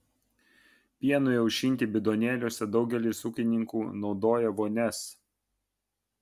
pienui aušinti bidonėliuose daugelis ūkininkų naudoja vonias